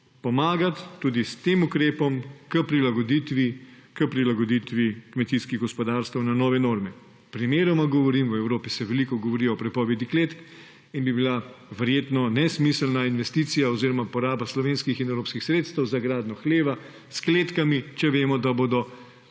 pomagati tudi s tem ukrepom k prilagoditvi kmetijskih gospodarstev novi normi. Primeroma govorim, v Evropi se veliko govori o prepovedi kletk in bi bila verjetno nesmiselna investicija oziroma poraba slovenskih in evropskih sredstev za gradnjo hleva s kletkami, če vemo, da bodo